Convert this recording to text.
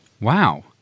Wow